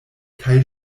kaj